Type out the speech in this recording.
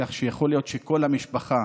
כך שיכול להיות שכל המשפחה,